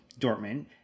Dortmund